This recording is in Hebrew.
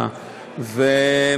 יקריא.